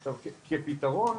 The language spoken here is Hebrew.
עכשיו כפתרון